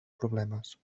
problemes